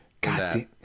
God